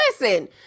Listen